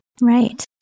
Right